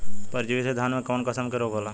परजीवी से धान में कऊन कसम के रोग होला?